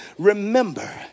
Remember